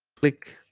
click